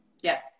Yes